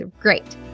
great